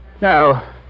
Now